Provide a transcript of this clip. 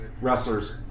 wrestler's